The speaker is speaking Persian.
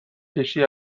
کشتی